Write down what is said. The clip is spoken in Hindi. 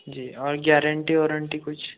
जी और गैरेंटी वारेंटी कुछ